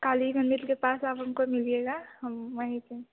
काली मन्दिर के पास आप हमको मिलिएगा हम वहीं पर हैं